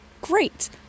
Great